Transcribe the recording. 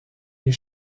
les